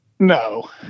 No